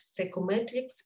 psychometrics